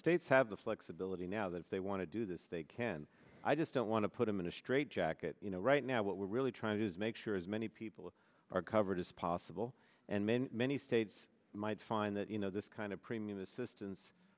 states have the flexibility now that if they want to do this they can i just don't want to put them in a straitjacket you know right now what we're really trying to do is make sure as many people are covered as possible and many many states might find that you know this kind of premium assistance